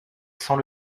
sans